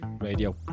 radio